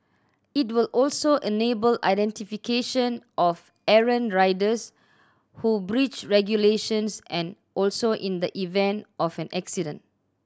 it will also enable identification of errant riders who breach regulations and also in the event of an accident